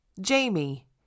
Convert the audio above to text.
Jamie